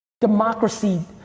democracy